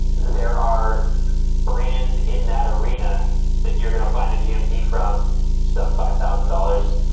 there are brands in that arena that you're gonna find a gmt from sub five thousand dollars.